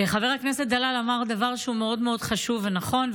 חבר הכנסת דלל אמר דבר שהוא מאוד מאוד חשוב ונכון,